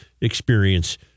experience